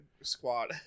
squad